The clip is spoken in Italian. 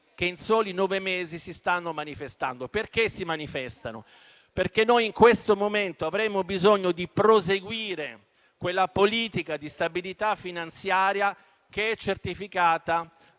Si manifestano perché noi in questo momento avremmo bisogno di proseguire quella politica di stabilità finanziaria che è certificata